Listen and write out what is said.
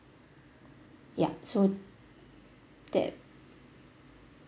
yup so that